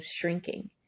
shrinking